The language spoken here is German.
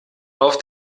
auf